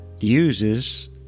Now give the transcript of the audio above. uses